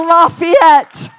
Lafayette